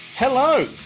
Hello